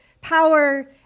power